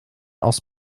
aus